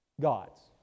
gods